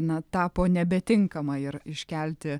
na tapo nebetinkama ir iškelti